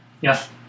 Yes